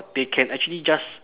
they can actually just